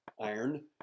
iron